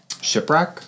shipwreck